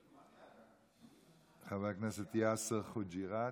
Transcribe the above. חבר הכנסת יאסר חוג'יראת,